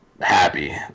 happy